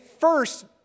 first